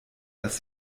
dass